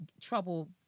trouble